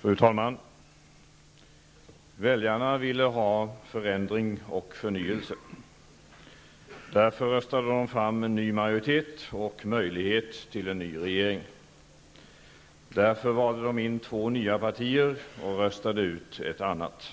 Fru talman! Väljarna ville ha förändring och förnyelse. Därför röstade de fram en ny majoritet och möjlighet till en ny regering. Därför valde de in två nya partier och röstade ut ett annat.